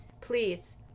Please